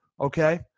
okay